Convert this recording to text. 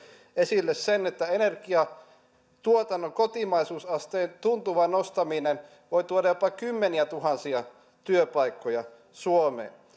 esille sen että energiatuotannon kotimaisuusasteen tuntuva nostaminen voi tuoda jopa kymmeniätuhansia työpaikkoja suomeen